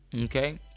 okay